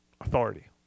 authority